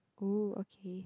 oh okay